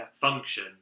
function